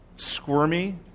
squirmy